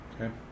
Okay